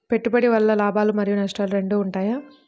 పెట్టుబడి వల్ల లాభాలు మరియు నష్టాలు రెండు ఉంటాయా?